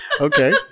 Okay